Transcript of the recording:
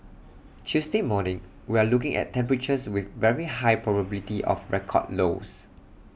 Tuesday morning we're looking at temperatures with very high probability of record lows